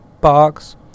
box